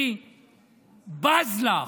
אני בז לך.